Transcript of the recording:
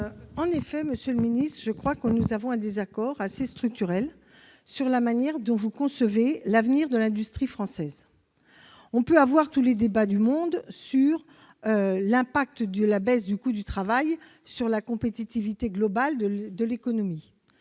de vote. Monsieur le ministre, nous avons en effet un désaccord structurel sur la manière de concevoir l'avenir de l'industrie française. On peut avoir tous les débats du monde sur l'impact de la baisse du coût du travail sur la compétitivité globale de l'économie.